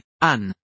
Anne